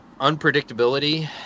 unpredictability